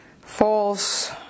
false